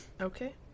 Okay